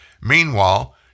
Meanwhile